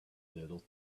little